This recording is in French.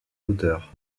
hauteur